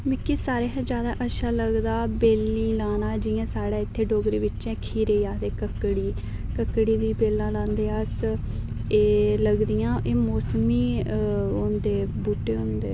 मिकी सारें कोला ज्यादा अच्छा लगदा बेलीं लाना जि'यां साढ़े इत्थै खीरें गी आखदे ककड़ी ककड़ी दियां बेलां लांदे अस एह् लगदियां मौसमी होंदे बूह्टे होंदे